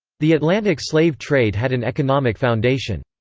the atlantic slave trade had an economic foundation.